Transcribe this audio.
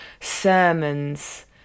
sermons